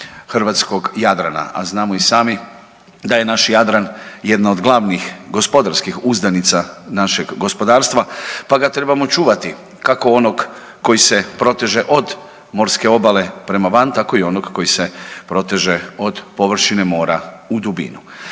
hrvatskog Jadrana, a znamo i sami da je naš Jadran jedno od glavnih gospodarskih uzdanica našeg gospodarstva, pa ga trebamo čuvati kako onog koji se proteže od morske obale prema van, tako i onog koji se proteže od površine mora u dubinu.